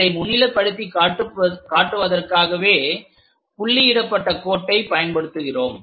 இதை முன்னிலைப்படுத்தி காட்டுவதற்காகவே புள்ளி இடப்பட்ட கோட்டை பயன்படுத்துகிறோம்